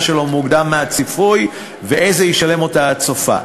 שלו מוקדם מהצפוי ואיזה ישלם אותה עד סופה.